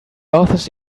authors